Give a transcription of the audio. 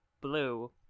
Blue